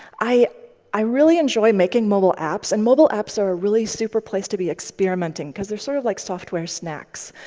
i i really enjoy making mobile apps, and mobile apps are a really super place to be experimenting because they're sort of like software snacks.